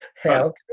help